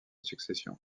succession